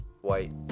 White